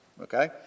okay